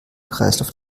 kreislauf